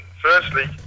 Firstly